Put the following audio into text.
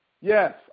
Yes